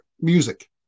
music